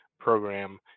Program